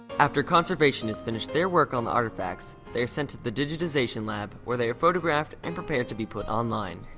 after conservation has finished their work on the artifacts, they are sent to the digitization lab where they are photographed and prepared to be put online.